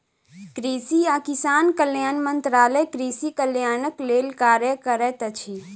कृषि आ किसान कल्याण मंत्रालय कृषि कल्याणक लेल कार्य करैत अछि